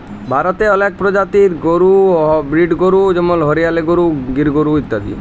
ভারতে অলেক পরজাতি আর ব্রিডের গরু হ্য় যেমল হরিয়ালা গরু, গির গরু ইত্যাদি